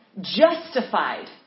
justified